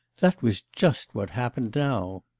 that was just what happened now.